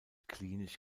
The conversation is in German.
klinisch